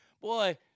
Boy